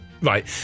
Right